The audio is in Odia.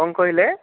କ'ଣ କହିଲେ